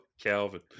Calvin